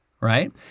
right